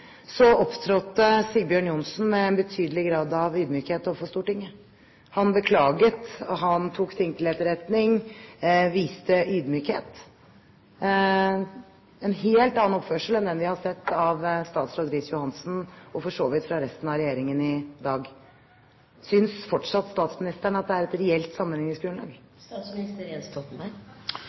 opptrådte Sigbjørn Johnsen med en betydelig grad av ydmykhet overfor Stortinget. Han beklaget, han tok ting til etterretning, han viste ydmykhet – en helt annen oppførsel enn den vi i dag har sett fra statsråd Riis-Johansen og for så vidt fra resten av regjeringen. Synes fortsatt statsministeren at dette er et reelt